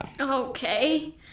Okay